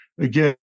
again